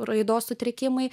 raidos sutrikimai